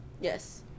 Yes